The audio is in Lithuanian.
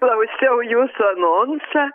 klausiau jūsų anonsą